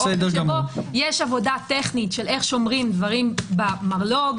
יש עבודה טכנית איך שומרים דברים במרלו"ג,